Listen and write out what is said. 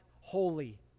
holy